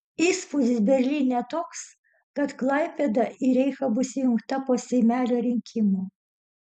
įspūdis berlyne toks kad klaipėda į reichą bus įjungta po seimelio rinkimų